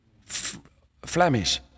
Flemish